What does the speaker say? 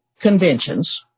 conventions